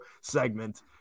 segment